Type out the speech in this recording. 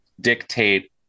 dictate